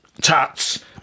tats